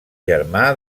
germà